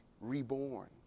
reborn